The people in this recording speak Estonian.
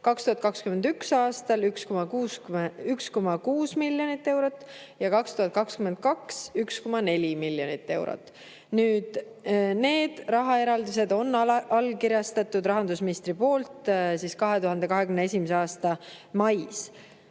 2021. aastal 1,6 miljonit eurot ja 2022. aastal 1,4 miljonit eurot. Need rahaeraldised on allkirjastatud rahandusministri poolt 2021. aasta mais.